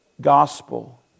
gospel